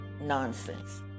nonsense